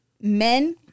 men